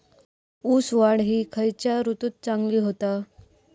ऊस वाढ ही खयच्या ऋतूत चांगली होता?